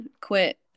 quit